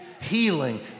Healing